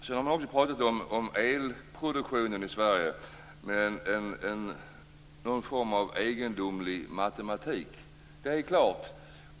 Vi har pratat om elproduktionen i Sverige med någon form av egendomlig matematik.